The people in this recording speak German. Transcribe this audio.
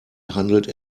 handelt